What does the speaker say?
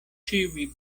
ĉiuj